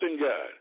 God